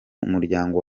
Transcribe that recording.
umuryango